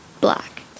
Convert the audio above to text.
black